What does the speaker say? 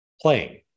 playing